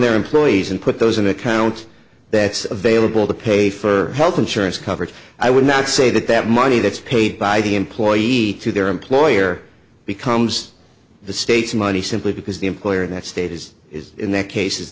their employees and put those in accounts that's available to pay for health insurance coverage i would not say that that money that's paid by the employee to their employer becomes the state's money simply because the employer in that state is is in that case is